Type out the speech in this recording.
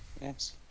Yes